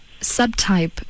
subtype